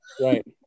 right